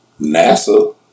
NASA